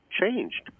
changed